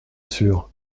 sûr